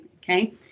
Okay